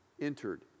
entered